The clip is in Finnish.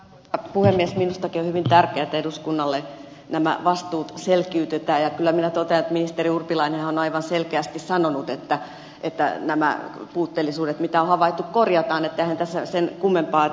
minustakin on hyvin tärkeää että eduskunnalle nämä vastuut selkiytetään ja kyllä minä totean että ministeri urpilainenhan on aivan selkeästi sanonut että nämä puutteellisuudet mitä on havaittu korjataan niin että eihän tässä sen kummempaa